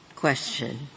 Question